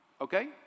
okay